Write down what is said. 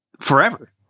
forever